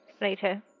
later